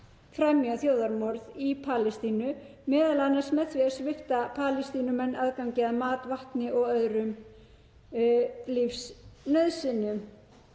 fremja þjóðarmorð í Palestínu, m.a. með því að svipta Palestínumenn aðgengi að mat, vatni og öðrum lífsnauðsynjum.